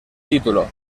título